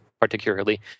particularly